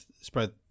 spread